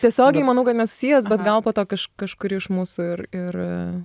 tiesiogiai manau kad nesusijęs bet gal po to kaž kažkuri iš mūsų ir ir